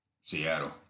Seattle